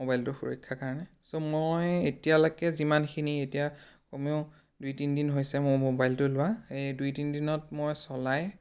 মোবাইলটোৰ সুৰক্ষাৰ কাৰণে ছ' মই এতিয়ালৈকে যিমানখিনি এতিয়া কমেও দুই তিনদিন হৈছে মোৰ মোবাইলটো লোৱা এই দুই তিনদিনত মই চলাই